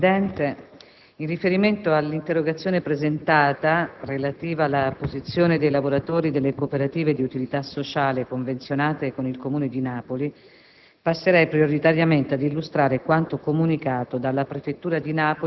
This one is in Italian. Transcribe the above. previdenza sociale*. Signor Presidente, in riferimento all'interrogazione presentata, relativa alla posizione dei lavoratori delle cooperative di utilità sociale convenzionate con il Comune di Napoli,